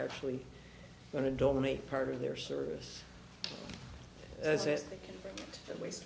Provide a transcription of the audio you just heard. actually going to donate part of their service as it that wa